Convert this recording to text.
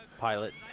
pilot